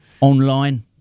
Online